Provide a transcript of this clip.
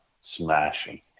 smashing